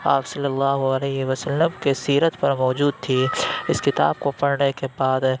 آپ صلی اللہ علیہ وسلم کے سیرت پر موجود تھی اِس کتاب کو پڑھنے کے بعد